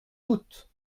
doute